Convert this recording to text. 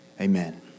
Amen